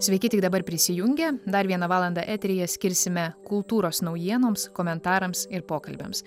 sveiki tik dabar prisijungę dar vieną valandą eteryje skirsime kultūros naujienoms komentarams ir pokalbiams